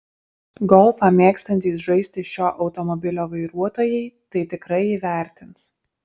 golfą mėgstantys žaisti šio automobilio vairuotojai tai tikrai įvertins